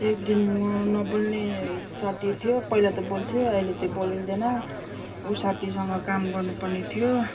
एकदिन म नबोल्ने साथी थियो पहिला त बोल्थ्यो अहिले त बोल्दैन उ साथीसँग काम गर्नु पर्ने थियो